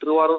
Thiruvarur